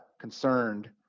concerned